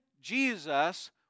Jesus